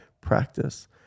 practice